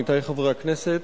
עמיתי חברי הכנסת,